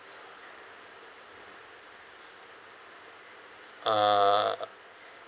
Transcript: uh